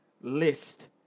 list